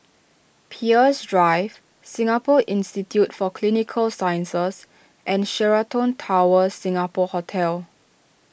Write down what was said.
Peirce Drive Singapore Institute for Clinical Sciences and Sheraton Towers Singapore Hotel